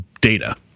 data